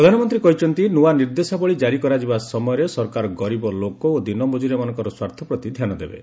ପ୍ରଧାନମନ୍ତ୍ରୀ କହିଛନ୍ତି ନୂଆ ନିର୍ଦ୍ଦେଶାବଳୀ କାରି କରାଯିବା ସମୟରେ ସରକାର ଗରିବ ଲୋକ ଓ ଦିନମକୁରିଆମାନଙ୍କର ସ୍ୱାର୍ଥ ପ୍ରତି ଧ୍ୟାନ ଦେବେ